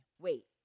wait